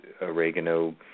oregano